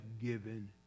given